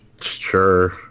sure